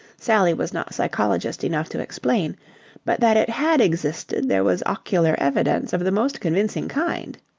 sally was not psychologist enough to explain but that it had existed there was ocular evidence of the most convincing kind.